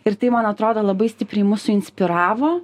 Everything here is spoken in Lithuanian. ir tai man atrodo labai stipriai mus suinspiravo